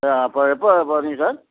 அப்போது எப்போது எப்போது வரீங்க சார்